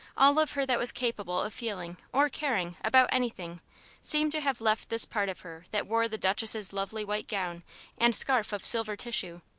all of her that was capable of feeling or caring about anything seemed to have left this part of her that wore the duchess's lovely white gown and scarf of silver tissue,